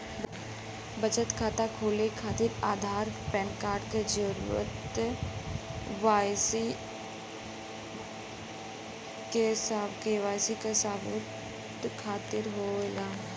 बचत खाता खोले खातिर आधार और पैनकार्ड क जरूरत के वाइ सी सबूत खातिर होवेला